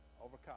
overcome